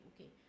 okay